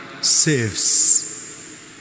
saves